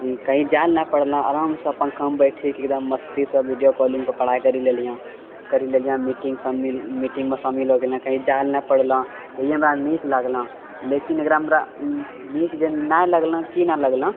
कही जाइ लऽ नऽ पड़लँ आरामसँ पङ्खामे बैठी कऽ एकदम मस्तीसँ वीडियो कॉलिंगपर पढ़ाइ करि लेलीयँ करि लेलियँ मीटिंगसभ मीटिंगमे शामिल हो गेलियँ कहीँ जाइ लऽ नऽ पड़लँ इएह हमरा नीक लागलँ लेकिन एकरा हमरा नीक जे नहि लगलँ कि नऽ लगलँ